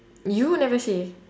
you never say